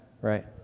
right